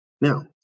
Now